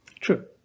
True